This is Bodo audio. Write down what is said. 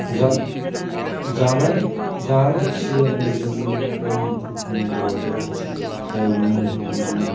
जा जानाय जायैनि सिगांबो जोङो अम परम गुरु परमब्रह्म होननानै जोङो